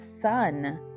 son